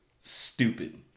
stupid